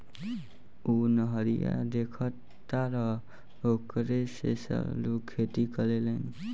उ नहरिया देखऽ तारऽ ओकरे से सारा लोग खेती करेलेन